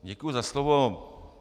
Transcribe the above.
Děkuji za slovo.